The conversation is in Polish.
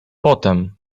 potem